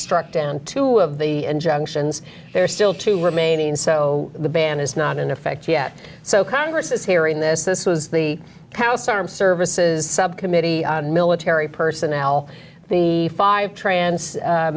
struck down two of the injunctions there are still two remaining so the ban is not in effect yet so congress is hearing this this was the house armed services subcommittee on military personnel the five trance